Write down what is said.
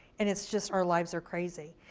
and it's just our lives are crazy.